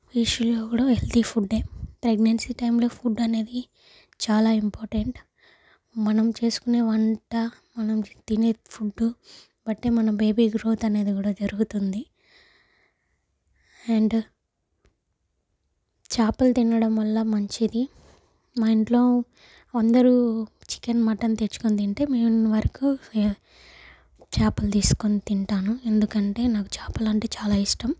ఫిష్లో కూడా హెల్తీ ఫుడ్డే ప్రెగ్నెన్సీ టైంలో ఫుడ్ అనేది చాలా ఇంపార్టెంట్ మనం చేసుకునే వంట మనం తినే ఫుడ్ బట్టి మన బేబీ గ్రోత్ అనేది కూడా జరుగుతుంది అండ్ చేపలు తినడం వల్ల మంచిది మా ఇంట్లో అందరు చికెన్ మటన్ తెచ్చుకొని తింటే నేను వరకు చేపలు తీసుకొని తింటాను ఎందుకంటే నాకు చేపలు అంటే చాలా ఇష్టం